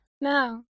No